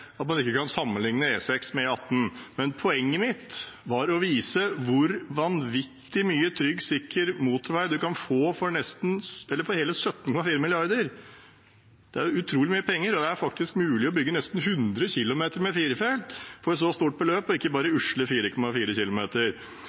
at man ikke kan sammenlikne E6 med E18, men poenget mitt var å vise hvor vanvittig mye trygg, sikker motorvei man kan få for hele 17,4 mrd. kr. Det er utrolig mye penger, og det er faktisk mulig å bygge nesten 100 km med firefelts for et så stort beløp, ikke bare usle 4,4 km.